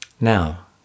now